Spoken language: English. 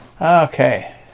Okay